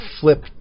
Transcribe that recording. flip